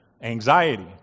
anxiety